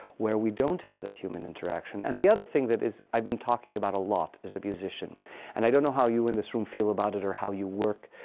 where we don't have that human interaction. and the other thing that i've been talking about a lot as a musician and i don't know how you in this room feel about it or how you work.